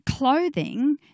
Clothing